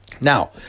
Now